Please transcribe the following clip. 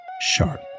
sharp